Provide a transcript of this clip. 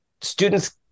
students